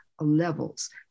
levels